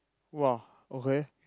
!wah! okay